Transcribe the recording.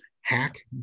hack